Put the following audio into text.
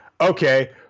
Okay